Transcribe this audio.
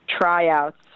tryouts